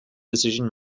decision